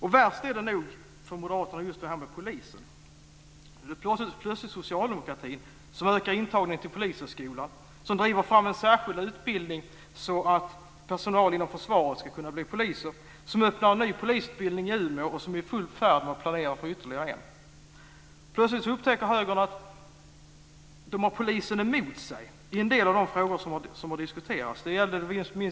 Värst är nog det här med polisen för moderaterna. Plötsligt är det socialdemokratin som ökar intagningen till Polishögskolan, som driver fram en särskild utbildning så att personal inom försvaret ska kunna bli poliser, som öppnar en ny polisutbildning i Umeå och som är i full färd med att planera för ytterligare en. Plötsligt upptäcker högern att man har polisen emot sig i en del av de frågor som har diskuterats.